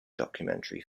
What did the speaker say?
documentary